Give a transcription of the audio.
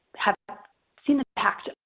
have seen the impact of